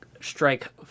strike